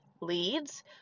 leads